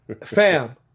Fam